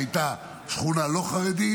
שהיא הייתה שכונה לא חרדית,